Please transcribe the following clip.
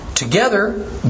Together